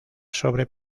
sobre